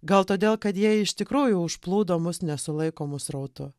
gal todėl kad jie iš tikrųjų užplūdo mus nesulaikomu srautu